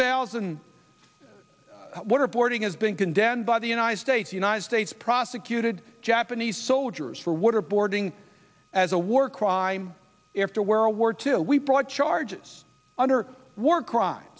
thousand what reporting has been condemned by the united states united states prosecuted japanese soldiers for waterboarding as a war crime after world war two we brought charges under war cry